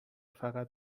فقط